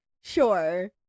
Sure